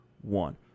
one